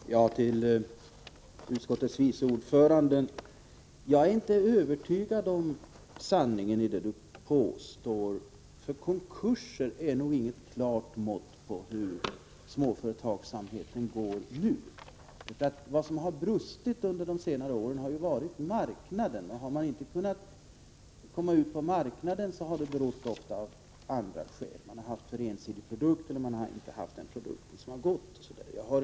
Herr talman! Till utskottets vice ordförande Tage Sundkvist vill jag säga att jag inte är övertygad om sanningen i Tage Sundkvist påstående, för konkurser är nog inget klart mått på hur småföretagsamheten utvecklas nu. Vad som brustit under de senare åren har ju varit marknaden, och har man inte kunnat komma ut på marknaden, så har det ofta berott på exempelvis att man haft för ensidiga produkter — man har inte haft produkter som gått att sälja osv.